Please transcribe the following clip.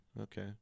okay